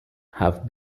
have